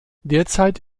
derzeit